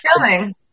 filming